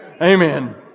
Amen